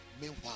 meanwhile